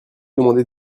demander